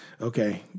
okay